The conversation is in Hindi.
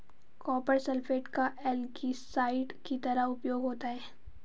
कॉपर सल्फेट का एल्गीसाइड की तरह उपयोग होता है